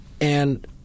And-